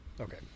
okay